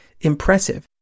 impressive